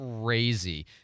crazy